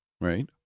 Right